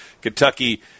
Kentucky